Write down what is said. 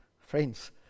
Friends